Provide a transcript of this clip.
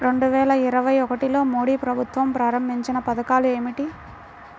రెండు వేల ఇరవై ఒకటిలో మోడీ ప్రభుత్వం ప్రారంభించిన పథకాలు ఏమిటీ?